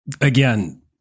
Again